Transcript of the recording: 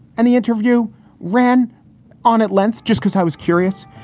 and the interview ran on at length just because i was curious.